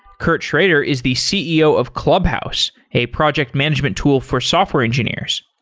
kurt schrader is the ceo of clubhouse, a project management tool for software engineers.